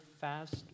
fast